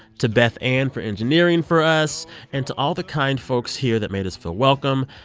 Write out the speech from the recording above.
to beth anne for engineering for us and to all the kind folks here that made us feel welcome.